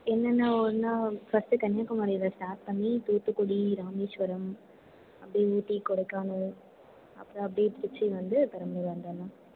என்னென்ன ஊருன்னால் ஃபர்ஸ்டு கன்னியகுமாரியில ஸ்டார்ட் பண்ணி தூத்துக்குடி ராமேஸ்வரம் அப்படியே ஊட்டி கொடைக்கானல் அப்புறம் அப்படியே திருச்சி வந்து பெரம்பலூர் வந்துடணும்